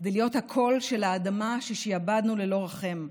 כדי להיות הקול של האדמה ששעבדנו ללא רחם,